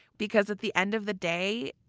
because at the end of the day,